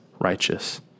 righteous